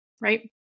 right